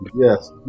Yes